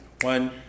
One